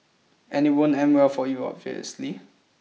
and it won't end well for you obviously